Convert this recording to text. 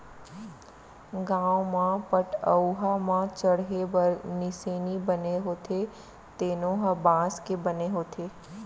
गाँव म पटअउहा म चड़हे बर निसेनी बने होथे तेनो ह बांस के बने होथे